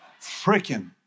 freaking